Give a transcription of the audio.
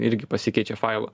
irgi pasikeičia failų